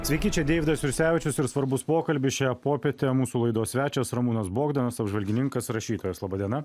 sveiki čia deividas jursevičius ir svarbus pokalbis šią popietę mūsų laidos svečias ramūnas bogdanas apžvalgininkas rašytojas laba diena